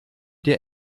dir